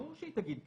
ברור שהיא תגיד כן.